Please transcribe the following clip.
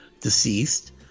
deceased